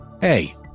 Hey